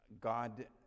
God